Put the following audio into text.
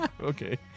Okay